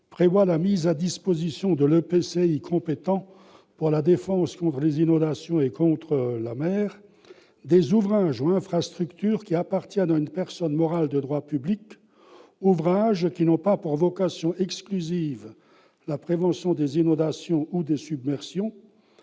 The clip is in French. prévoit la mise à disposition de l'EPCI compétent pour la défense contre les inondations et contre la mer, des ouvrages ou infrastructures qui appartiennent à une personne morale de droit public, ouvrages qui n'ont pas pour vocation exclusive la prévention des inondations ou des submersions,